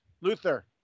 Luther